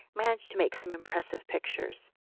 managed to make some impressive pictures.